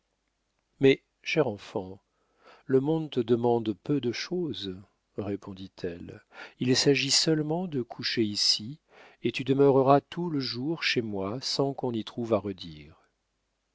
mais cher enfant le monde te demande peu de chose répondit-elle il s'agit seulement de coucher ici et tu demeureras tout le jour chez moi sans qu'on y trouve à redire